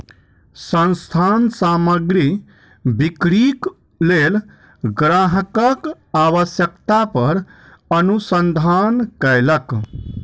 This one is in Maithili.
संस्थान सामग्री बिक्रीक लेल ग्राहकक आवश्यकता पर अनुसंधान कयलक